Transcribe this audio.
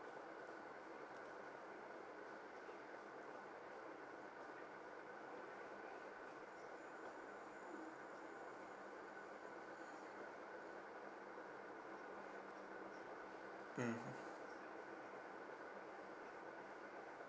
mm